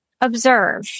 observe